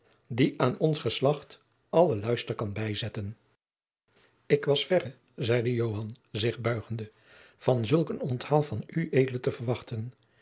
die aan ons geslacht allen luister kan bijzetten ik was verre zeide joan zich buigende van zulk een onthaal van ued te verwachten